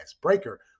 Breaker